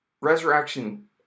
Resurrection